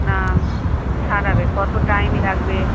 না সারাবে কত টাইম লাগবে